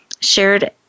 shared